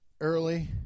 early